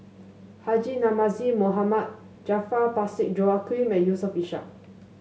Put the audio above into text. Haji Namazie Mohd Parsick Joaquim and Yusof Ishak